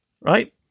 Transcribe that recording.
right